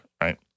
right